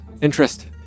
interest